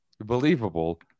unbelievable